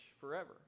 forever